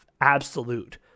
absolute